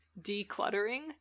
decluttering